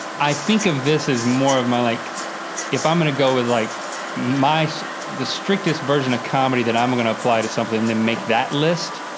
i think of this as more of my like if i'm going to go with like my, the strictest version of comedy that i'm i'm going to apply to something then make that list,